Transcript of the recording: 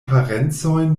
parencojn